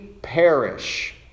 perish